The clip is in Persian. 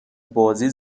بازی